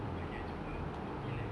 banyak juga ah tapi like